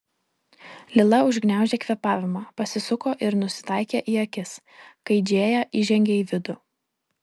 lila užgniaužė kvėpavimą pasisuko ir nusitaikė į akis kai džėja įžengė į vidų